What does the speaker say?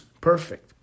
perfect